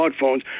smartphones